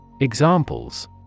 Examples